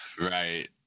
Right